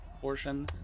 portion